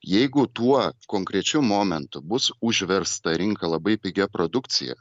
jeigu tuo konkrečiu momentu bus užversta rinka labai pigia produkcija